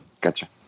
gotcha